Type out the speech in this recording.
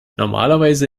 normalerweise